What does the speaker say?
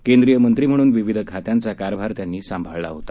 केंद्रीय मंत्री म्हणून विविध खात्यांचा कारभार त्यांनी सांभाळला होता